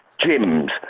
gyms